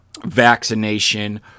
vaccination